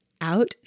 out